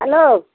hello